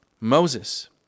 Moses